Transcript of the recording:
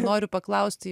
noriu paklausti